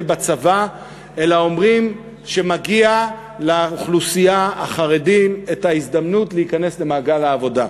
בצבא אלא אומרים שלאוכלוסייה החרדית מגיעה ההזדמנות להיכנס למעגל העבודה.